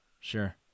Sure